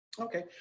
Okay